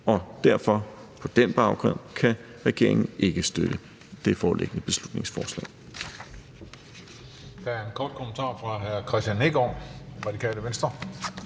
og på den baggrund kan regeringen ikke støtte det foreliggende beslutningsforslag.